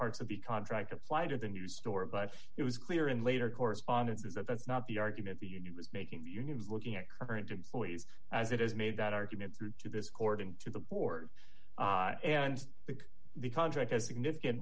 parts of the contract apply to the new store but it was clear in later correspondences that that's not the argument the union was making the unions looking at current employees as it is made that argument to this according to the board and the contract is significant